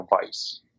device